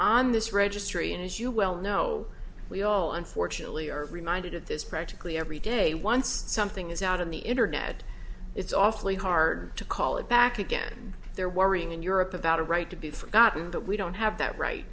on this registry and as you well know we all unfortunately are reminded of this practically every day once something is out on the internet it's awfully hard to call it back again they're worrying in europe about a right to be forgotten that we don't have that right